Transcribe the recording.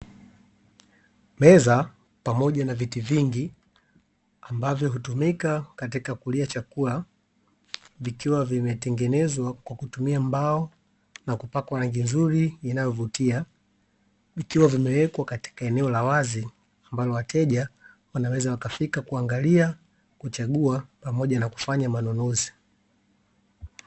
Meza pamoja na viti vingi ambavyo hutumika katika kulia chakula vikiwa vimetengenezwa kwa kutumia mbao na kupakwa rangi nzuri inayovutia, vikiwa vimewekwa katika eneo la wazi ambalo wateja wanaweza wakafika kuangalia, kuchagua pamoja na kufanya manunuzi.